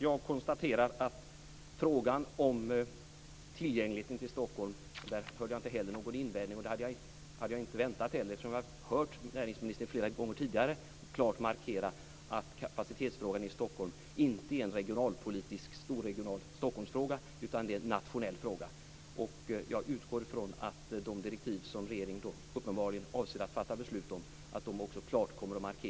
Jag konstaterar att jag inte heller i frågan om Stockholms tillgänglighet hörde någon invändning. Det hade jag inte heller väntat mig, eftersom jag flera gånger tidigare har hört honom klart markera att kapacitetsfrågan i Stockholm inte är en regionalpolitisk, storregional Stockholmsfråga utan en nationell fråga. Jag utgår ifrån att detta kommer att markeras klart i de direktiv som regeringen uppenbarligen avser att fatta beslut om.